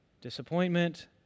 disappointment